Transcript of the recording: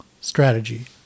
strategy